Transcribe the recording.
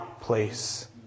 place